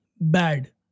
bad